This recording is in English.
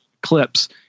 clips